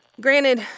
Granted